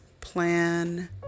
plan